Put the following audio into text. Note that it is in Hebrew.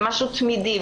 זה משהו תמידי,